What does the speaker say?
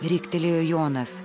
riktelėjo jonas